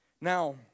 Now